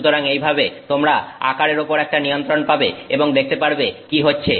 সুতরাং এইভাবে তোমরা আকারের ওপর একটা নিয়ন্ত্রণ পাবে এবং দেখতে পারবে কি হচ্ছে